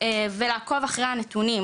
ולעקוב אחרי הנתונים,